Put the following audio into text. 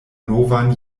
novan